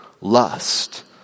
lust